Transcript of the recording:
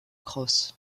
cross